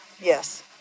Yes